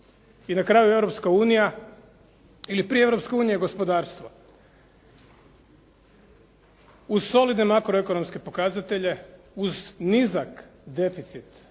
I na kraju Europska unija ili prije Europske unije gospodarstvo. Uz solidne makroekonomske pokazatelje, uz nizak deficit